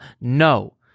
No